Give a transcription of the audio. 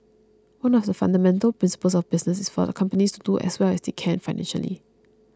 one of the fundamental principles of business is for companies to do as well as they can financially